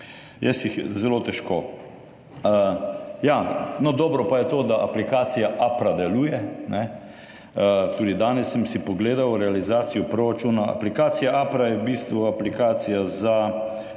Jaz jih je zelo težko. Dobro pa je to, da aplikacija SAPPrA deluje, tudi danes sem si pogledal realizacijo proračuna. Aplikacija SAPPrA je v bistvu aplikacija za